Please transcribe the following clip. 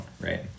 right